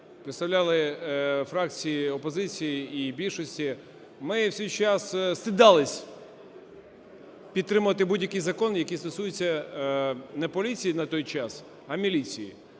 представляли фракції опозиції і більшості, ми в свій час стидалися підтримувати будь-який закон, який стосується не поліції на той час, а міліції